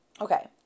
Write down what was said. okay